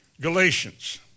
Galatians